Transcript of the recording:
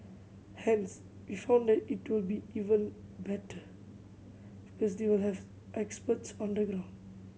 hence we found that it will be even better because they will have experts on the ground